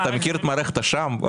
את מכיר את מערכת השע"מ?